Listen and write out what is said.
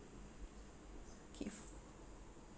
K